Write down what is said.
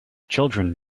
children